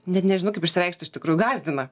net nežinau kaip išsireikšti iš tikrųjų gąsdina